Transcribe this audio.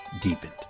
deepened